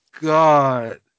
God